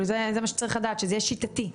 זה מה שצריך לדעת, שזה יהיה שיטתי.